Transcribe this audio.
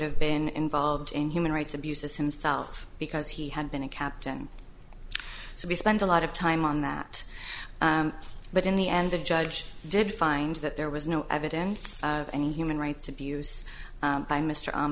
have been involved in human rights abuses himself because he had been a captain so we spent a lot of time on that but in the end the judge did find that there was no evidence of any human rights abuse by mr